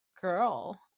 girl